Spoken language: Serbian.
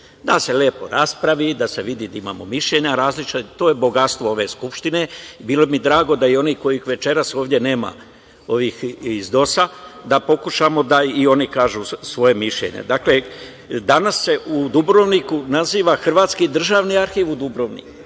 Da se lepo raspravi, da se vidi da imamo mišljenja različita. To je bogatstvo ove Skupštine. Bilo bi mi drago da oni kojih večeras ovde nema, ovih iz DOS, da pokušamo, da i oni kažu svoje mišljenje. Dakle, danas se u Dubrovniku naziva Hrvatski državni arhiv u Dubrovniku,